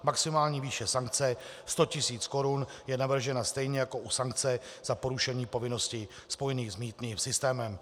Maximální výše sankce 100 tis. Kč je navržena stejně jako u sankce za porušení povinností spojených s mýtným systémem.